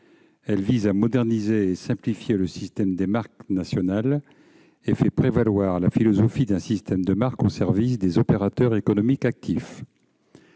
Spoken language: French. Elle vise à moderniser et à simplifier le système des marques nationales et fait prévaloir la philosophie d'un système de marque au service des opérateurs économiques actifs.